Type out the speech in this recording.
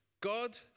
God